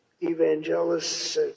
evangelists